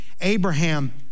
Abraham